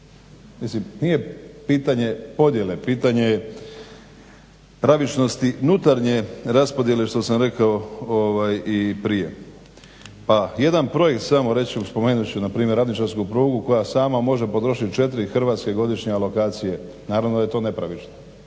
Mislim nije pitanje podjele, pitanje je pravičnosti unutarnje raspodjele što sam rekao i prije. Pa jedan projekt samo reći ću, spomenut ću npr. ravničarsku prugu koja sama može potrošiti 4 hrvatske godišnje alokacije. Naravno da je to nepravično